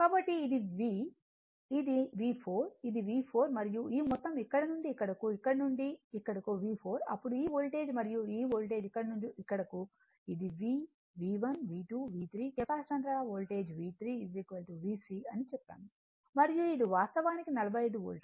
కాబట్టి ఇది V ఇది V4 ఇది V4 మరియు ఈ మొత్తం ఇక్కడ నుండి ఇక్కడకు ఇక్కడ నుండి ఇక్కడకు V4 అప్పుడు ఈ వోల్టేజ్ మరియు ఈ వోల్టేజ్ ఇక్కడ నుండి ఇక్కడకు ఇది V V1 V2 V3 capacitor అంతటా వోల్టేజ్ V3 Vc అని చెప్పాము మరియు ఇది వాస్తవానికి 45 వోల్ట్